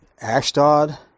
Ashdod